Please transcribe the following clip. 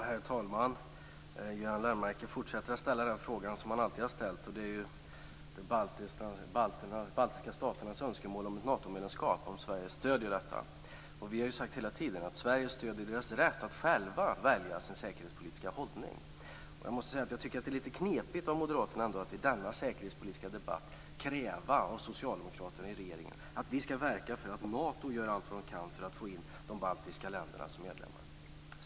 Herr talman! Göran Lennmarker fortsätter att ställa den fråga han alltid har ställt. Den gäller huruvida Sverige stöder de baltiska staternas önskemål om ett Natomedlemskap. Vi har hela tiden sagt att Sverige stöder deras rätt att själva välja sin säkerhetspolitiska hållning. Jag tycker att det är litet knepigt av Moderaterna att i denna säkerhetspolitiska debatt kräva av Socialdemokraterna i regeringen att vi skall verka för att man inom Nato gör allt man kan för att få in de baltiska länderna som medlemmar.